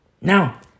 Now